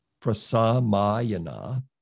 prasamayana